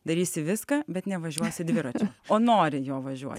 darysi viską bet nevažiuosi dviračiu o nori juo važiuot